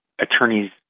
attorneys